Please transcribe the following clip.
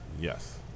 Yes